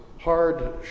hard